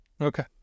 Okay